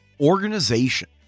organization